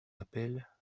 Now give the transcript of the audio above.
appel